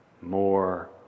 more